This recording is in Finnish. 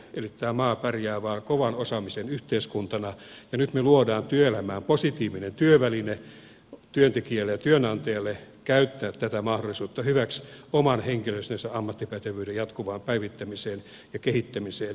eli tämä maa pärjää vain kovan osaamisen yhteiskuntana ja nyt me luomme työelämään positiivisen työvälineen työntekijälle ja työnantajalle käyttää tätä mahdollisuutta hyväksi oman henkilöstönsä ammattipätevyyden jatkuvaan päivittämiseen ja kehittämiseen